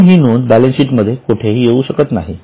म्हणून ही नोंद बॅलन्स शीट मध्ये कुठेही येऊ शकत नाही